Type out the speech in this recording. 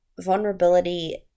vulnerability